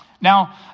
Now